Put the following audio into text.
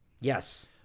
Yes